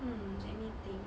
hmm let me think